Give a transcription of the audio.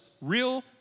real